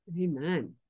Amen